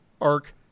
arc